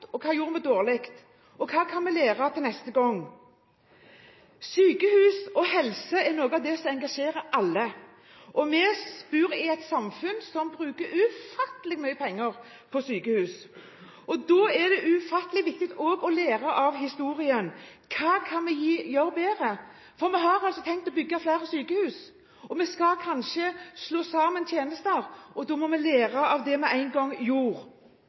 Hva gjorde vi dårlig? Hva kan vi lære til neste gang? Sykehus og helse er noe som engasjerer alle. Vi bor i et samfunn som bruker ufattelig mye penger på sykehus. Da er det også ufattelig viktig å lære av historien. Hva kan vi gjøre bedre? Vi har tenkt å bygge flere sykehus. Vi skal kanskje slå sammen tjenester. Da må vi lære av det vi en gang